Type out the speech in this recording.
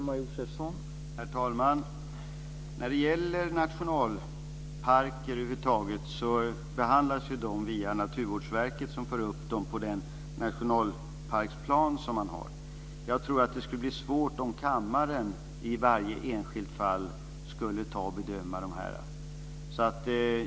Herr talman! När det gäller nationalparker över huvud taget behandlas de via Naturvårdsverket, som för upp dem på den nationalparksplan som man har. Jag tror att det skulle bli svårt om kammaren i varje enskilt fall skulle bedöma dem.